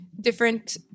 different